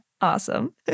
Awesome